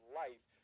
life